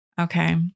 Okay